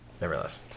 nevertheless